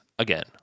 again